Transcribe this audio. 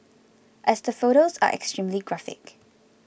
as the photos are extremely graphic